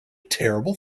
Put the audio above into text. terrible